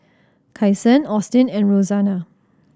Kyson Austin and Rosanna